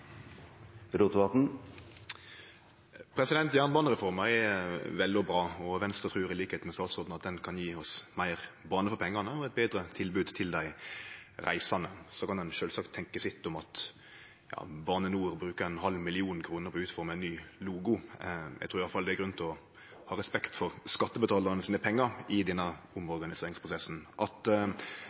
bra, og Venstre trur, som statsråden, at ho kan gje oss meir bane for pengane og eit betre tilbod til dei reisande. Så kan ein sjølvsagt tenkje sitt om at Bane NOR brukar ein halv million kroner på å forme ut ein ny logo. Eg trur iallfall det er grunn til å ha respekt for skattebetalaranes pengar i denne omorganiseringsprosessen. At